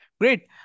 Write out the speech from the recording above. Great